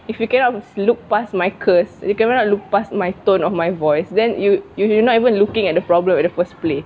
if you cannot look past my curse you cannot look past my tone of my voice then you you you not even looking at the problem at the first place